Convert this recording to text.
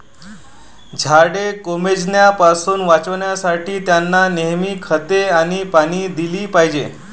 झाडे कोमेजण्यापासून वाचवण्यासाठी, त्यांना नेहमी खते आणि पाणी दिले पाहिजे